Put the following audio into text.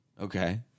Okay